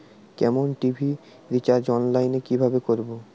কেবল TV recharge online এ কিভাবে করব?